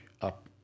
up